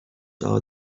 are